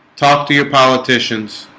talk to your politicians.